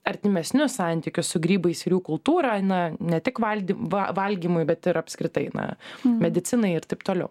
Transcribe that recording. artimesniu santykiu su grybais ir jų kultūra na ne tik valdy valgymui bet ir apskritai na medicinai ir taip toliau